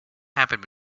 happened